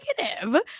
negative